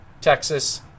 Texas